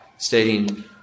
Stating